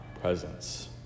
presence